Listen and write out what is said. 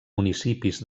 municipis